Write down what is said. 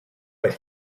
but